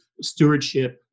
stewardship